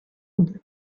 would